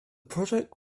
project